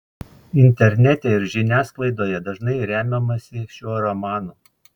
internete ir žiniasklaidoje dažnai remiamasi šiuo romanu